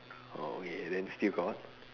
oh okay then still got